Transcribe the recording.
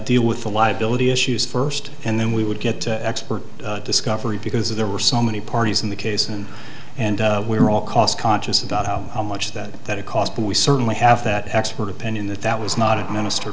deal with the liability issues first and then we would get to expert discovery because there were so many parties in the case and and we were all cost conscious about how much that that it cost but we certainly have that expert opinion that that was not a minister